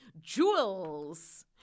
Jewels